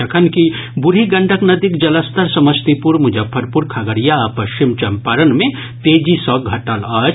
जखनकि बूढ़ी गंडक नदीक जलस्तर समस्तीपुर मुजफ्फरपुर खगड़िया आ पश्चिम चंपारण मे तेजी सॅ घटल अछि